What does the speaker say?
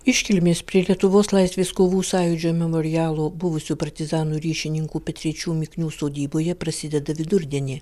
iškilmės prie lietuvos laisvės kovų sąjūdžio memorialo buvusių partizanų ryšininkų petrėčių miknių sodyboje prasideda vidurdienį